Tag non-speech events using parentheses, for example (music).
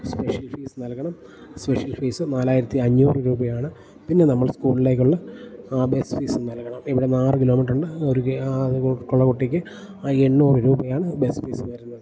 special fees നൽകണം special fees നാലായിരത്തിയഞ്ഞൂറ് രൂപയാണ് പിന്നെ നമ്മൾ സ്കൂളിലേക്കുള്ള ബസ് ഫീസ് നൽകണം ഇവിടെ നിന്നാറ് കിലോമീറ്ററുണ്ട് ഒരു (unintelligible) കുട്ടിക്ക് എണ്ണൂറ് രൂപയാണ് ബസ് ഫീസ് വരുന്നത്